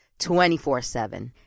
24-7